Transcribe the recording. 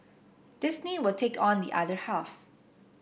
Disney will take on the other half